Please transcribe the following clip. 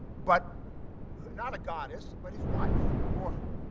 but not a goddess, but his wife, a mortal.